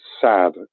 sad